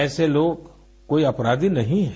ऐसे लोग कोई अपराधी नहीं हैं